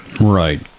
Right